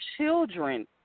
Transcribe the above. children